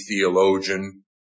theologian